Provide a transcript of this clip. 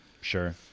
Sure